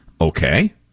Okay